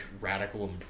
radical